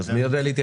אז מי יודע להתייחס?